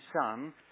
son